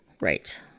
Right